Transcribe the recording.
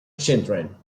children